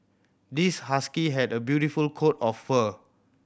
this husky had a beautiful coat of fur